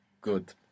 Good